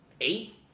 eight